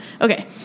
Okay